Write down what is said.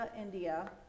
India